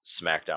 SmackDown